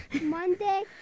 Monday